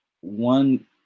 one